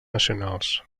nacionals